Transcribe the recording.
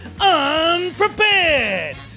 unprepared